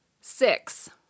six